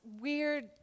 weird